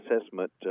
assessment